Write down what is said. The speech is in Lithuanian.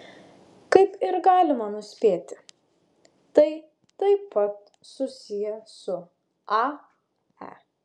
kaip ir galima nuspėti tai taip pat susiję su ae